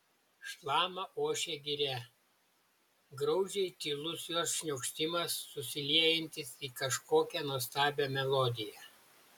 šlama ošia giria graudžiai tylus jos šniokštimas susiliejantis į kažkokią nuostabią melodiją